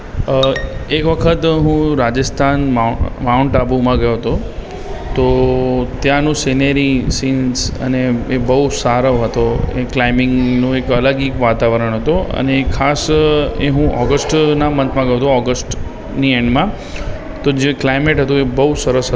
અએક વખત હું રાજસ્થાન મા માઉન્ટ આબુમાં ગયો હતો તો ત્યાંનુ સિનેરી સીન્સ અને એ બહુ સારો હતો ક્લાઇમ્બિંગનો એક અલગ એક વાતાવરણ હતો અને ખાસ એ હું ઓગસ્ટના મંથમાં ગયો હતો ઓગસ્ટની એન્ડમાં તો જે કલાયમેટ હતું એ બહુ સરસ હતું